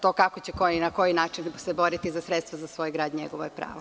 To kako će se ko i na koji način se boriti za sredstva za svoj grad, njegovo je pravo.